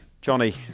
Johnny